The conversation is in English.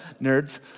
nerds